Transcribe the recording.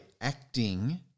acting